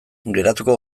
geratuko